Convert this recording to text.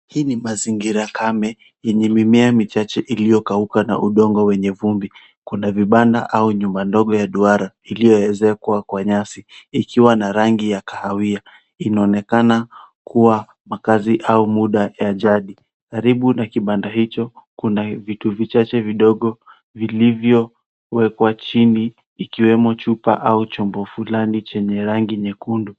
Hii ni mazingira kame yenye mimea michache iliyokauka na udongo wenye vumbi. Kuna vibanda au nyumba ndogo ya duara iliyoezekwa kwa nyasi, ikiwa na rangi ya kahawia inaonekana kuwa makazi au muda ya jaji. Karibu na kibanda hicho, kuna vitu vichache vidogo, vilivyowekwa chini, ikiwemo chupa au chombo fulani chenye rangi nyekundu.